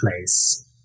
place